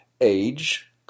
age